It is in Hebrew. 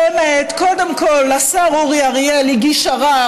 באמת קודם כול השר אורי אריאל הגיש ערר,